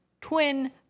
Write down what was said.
twin